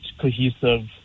cohesive